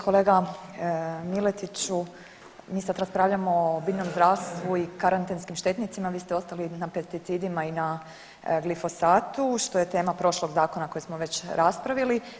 Kolega Miletiću, mi sad raspravljamo o biljnom zdravstvu i karantenskim štetnicima, a vi ste ostali na pesticidima i na glifosatu, što je tema prošlog zakona koji smo već raspravili.